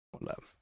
love